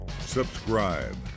subscribe